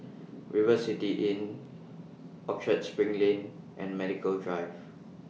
River City Inn Orchard SPRING Lane and Medical Drive